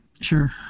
Sure